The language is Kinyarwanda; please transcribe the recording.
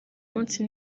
munsi